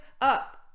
up